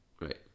Right